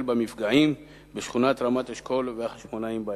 במפגעים בשכונת רמת-אשכול וברחוב החשמונאים בעיר.